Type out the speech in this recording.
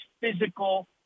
physical